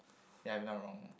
ya if I'm not wrong